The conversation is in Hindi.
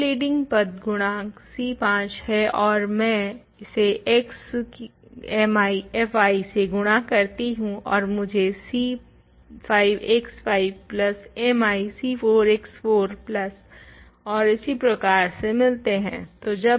तो लीडिंग पद का गुणांक c5 है और मैं इसे x mi fi से गुणा करती हूँ और मुझे c5 x5 plus mi c4x4 plus और इसी प्रकार से मिलते हें